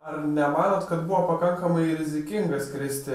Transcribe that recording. ar nemanot kad buvo pakankamai rizikinga skristi